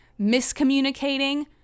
miscommunicating